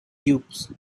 cubes